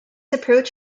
approach